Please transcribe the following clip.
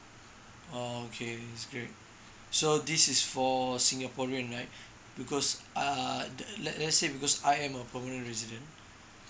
oh okay it's great so this is for singaporean right because err the let let's say because I am a permanent resident